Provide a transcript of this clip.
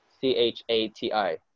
C-H-A-T-I